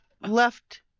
left